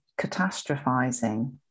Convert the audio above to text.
catastrophizing